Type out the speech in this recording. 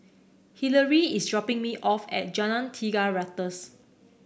Hillery is dropping me off at Jalan Tiga Ratus